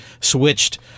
switched